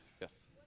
Yes